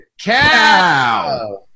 cow